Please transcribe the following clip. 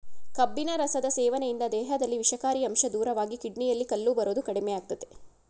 ಕಬ್ಬಿನ ರಸದ ಸೇವನೆಯಿಂದ ದೇಹದಲ್ಲಿ ವಿಷಕಾರಿ ಅಂಶ ದೂರವಾಗಿ ಕಿಡ್ನಿಯಲ್ಲಿ ಕಲ್ಲು ಬರೋದು ಕಡಿಮೆಯಾಗ್ತದೆ